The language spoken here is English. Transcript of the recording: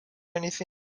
anything